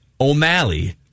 O'Malley